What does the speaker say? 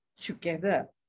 together